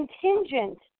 contingent